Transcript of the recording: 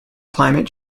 climate